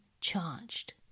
charged